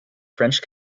french